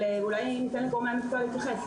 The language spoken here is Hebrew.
אבל אולי ניתן לגורמי המשרד להתייחס.